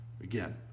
Again